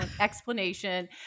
explanation